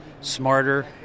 smarter